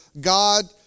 God